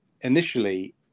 initially